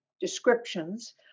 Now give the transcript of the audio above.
descriptions